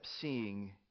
seeing